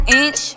inch